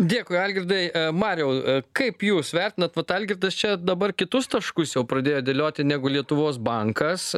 dėkui algirdai mariau kaip jūs vertinat vat algirdas čia dabar kitus taškus jau pradėjo dėlioti negu lietuvos bankas